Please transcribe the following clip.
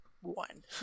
one